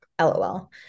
LOL